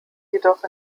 jedoch